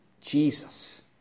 Jesus